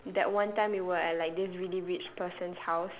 that one time we were at like this really rich person's house